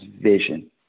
vision